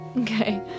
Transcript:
Okay